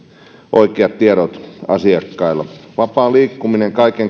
oikeat tiedot vapaa liikkuminen kaiken